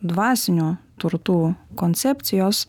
dvasinių turtų koncepcijos